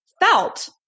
felt